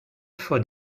for